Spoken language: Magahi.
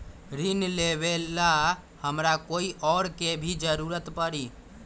ऋन लेबेला हमरा कोई और के भी जरूरत परी?